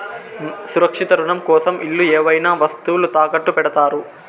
సురక్షిత రుణం కోసం ఇల్లు ఏవైనా వస్తువులు తాకట్టు పెడతారు